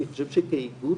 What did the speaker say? אני חושב שכאיגוד